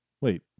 wait